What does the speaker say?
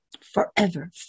forever